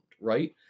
right